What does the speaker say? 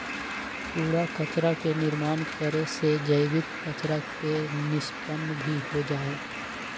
कूड़ा कचरा के निर्माण करे से जैविक कचरा के निष्पन्न भी हो जाहई